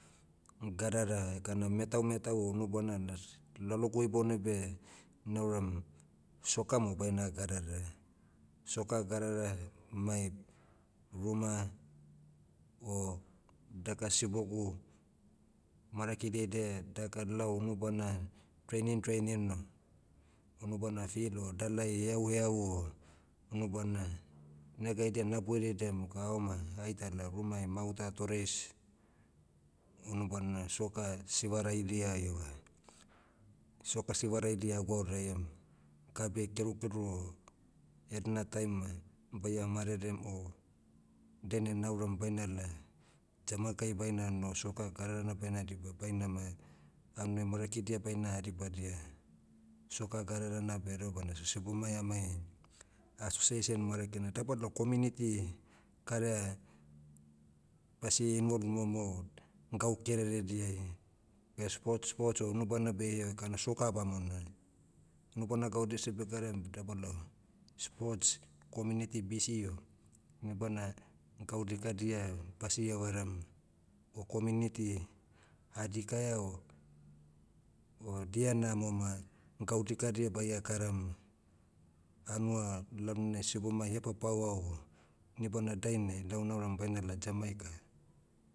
Gadara, ekana metaumetau o unubana las. Lalogua ibounai beh, nauram, soccer mo baina gadara. Soccer gadara, mai, ruma, o daka sibogu, marakidia edia daka lao nubana, training training o, unubana fil o dalai heau heau o, unubana, negaidia naboiridiam ga aoma, aitala rumai mauta toreis, unubana soccer sivaraidia ieva, soccer sivaraidia agwouraiam. Gabeai kerukeru, edna taim ma, baia marerem o, dainai nauram bainala, jamakai baina noho soccer gadarana baina diba baina ma, hanuai marakidia baina hadibadia, soccer gadarana beh edebana so sibomai amai, association maragina dabalao community, karea, basi invole momo o, gau kererediai. sports sports o unubana baie ekana soccer bamona. Unubana gaudia seh begaraiam dabalao, sports community busy o, nibana, gau dikadia, basi evaram. O community, hadikaia o, o dia namo ma, gau dikadia baia karam, hanua lalonai sibomai hepapauau, nibana dainai lau nauram baina la jamaica